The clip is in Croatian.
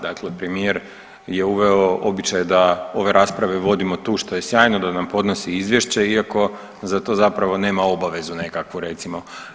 Dakle, premijer je uveo običaj da ove rasprave vodimo tu što je sjajno da nam podnosi izvješće iako za to zapravo nema obavezu nekakvu recimo.